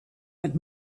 but